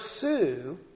pursue